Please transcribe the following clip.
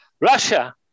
Russia